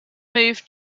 moved